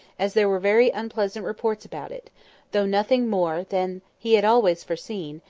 as there were very unpleasant reports about it though nothing more than he had always foreseen,